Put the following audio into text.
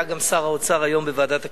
היה גם שר האוצר היום בוועדת הכספים.